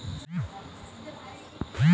वेतन टुकड़ों में मिलने वाली मजदूरी के विपरीत है